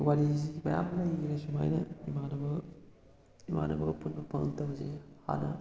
ꯋꯥꯔꯤꯁꯤ ꯃꯌꯥꯝ ꯂꯩꯈ꯭ꯔꯦ ꯁꯨꯃꯥꯏꯅ ꯏꯃꯥꯟꯅꯕꯒ ꯏꯃꯥꯟꯅꯕꯒ ꯄꯨꯟꯕ ꯐꯪꯉꯛꯇꯕꯁꯦ ꯍꯥꯟꯅ